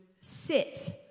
sit